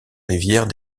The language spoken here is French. rivière